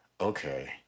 Okay